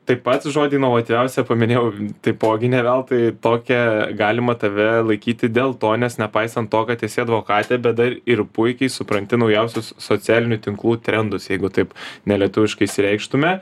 taip pat žodį inovatyviausią paminėjau taipogi ne veltui tokią galima tave laikyti dėl to nes nepaisant to kad esi advokatė bet dar ir puikiai supranti naujausius socialinių tinklų trendus jeigu taip nelietuviškais reikštume